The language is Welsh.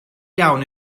iawn